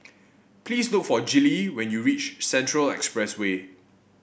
please look for Gillie when you reach Central Expressway